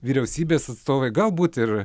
vyriausybės atstovai galbūt ir